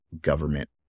government